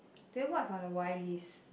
then what is on the why list